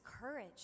courage